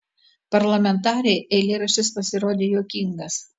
parlamentarei eilėraštis pasirodė juokingas